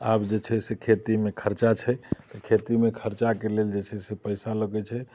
आब जे छै से खेतीमे खरचा छै खेतीमे खर्चाके लेल जे छै से पैसा लगै छै